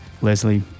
leslie